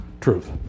truth